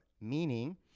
meaning